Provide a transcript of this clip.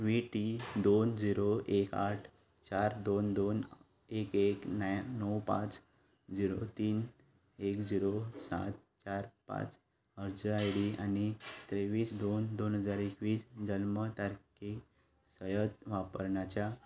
V T दोन zero एक आठ चार दोन दोन एक एक णव पांच जिरो तीन एक जिरो सात चार पांच अर्ज आयडी आनी तेव्वीस दोन एक हजार एकवीस जल्म तारखे सयत वापरण्याच्या